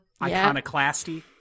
Iconoclasty